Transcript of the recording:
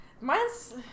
mine's